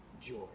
joy